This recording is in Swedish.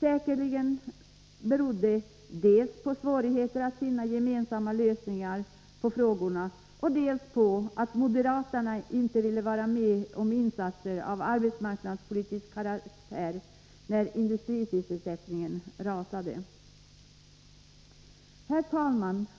säkerligen var dels svårigheter att finna gemensamma lösningar på problemen, dels att moderaterna inte ville vara med om insatser av arbetsmarknadspolitisk karaktär när industrisysselsättningen rasade. Herr talman!